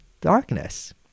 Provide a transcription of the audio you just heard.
darkness